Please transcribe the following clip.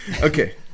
Okay